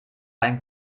ein